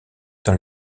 dans